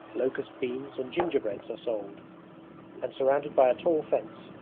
locust beans and gingerbreads are sold and surrounded by a tall fence,